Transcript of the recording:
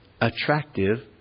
attractive